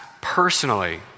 personally